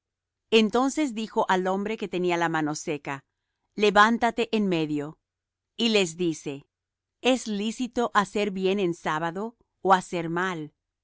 entonces dijo al hombre que tenía la mano seca levántate en medio y les dice es lícito hacer bien en sábado ó hacer mal